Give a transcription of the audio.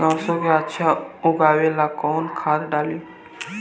सरसो के अच्छा उगावेला कवन खाद्य डाली?